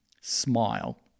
smile